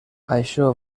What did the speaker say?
això